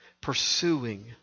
pursuing